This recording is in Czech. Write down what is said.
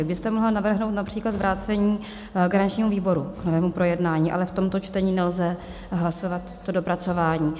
Vy byste mohla navrhnout například vrácení garančnímu výboru k novému projednání, ale v tomto čtení nelze hlasovat to dopracování.